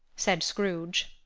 said scrooge,